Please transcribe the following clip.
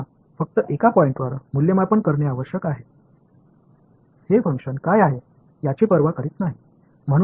मला फक्त एका पॉईंटवर मूल्यमापन करणे आवश्यक आहे हे फंक्शन काय आहे याची पर्वा करीत नाही